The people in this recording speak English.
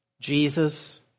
Jesus